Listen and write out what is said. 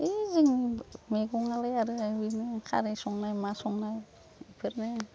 जों मैगंआलाय आरो बिदिनो खारै संनाय मा संनाय बेफोरनो